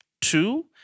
two